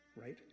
right